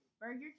Burger